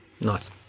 Nice